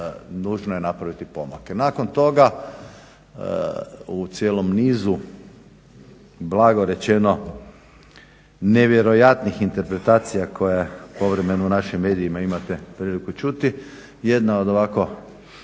i nužno je napraviti pomake. Nakon toga u cijelom nizu blago rečeno nevjerojatnih interpretacije koje povremeno u našim medijima imate priliku čuti jedna od ovako